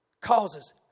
Causes